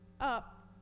up